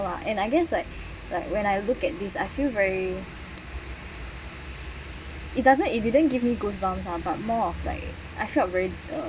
and I guess like like when I look at this I feel very it doesn't it didn't give me goosebumps ah but more of like I felt very uh